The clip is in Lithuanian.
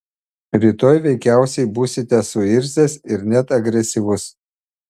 rytoj veikiausiai būsite suirzęs ir net agresyvus